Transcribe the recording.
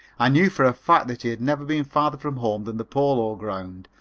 i knew for a fact that he had never been farther from home than the polo grounds,